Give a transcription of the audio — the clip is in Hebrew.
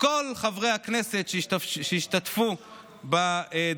לכל חברי הכנסת שהשתתפו בדיונים,